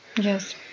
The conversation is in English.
Yes